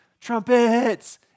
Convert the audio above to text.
Trumpets